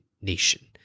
nation